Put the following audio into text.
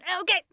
Okay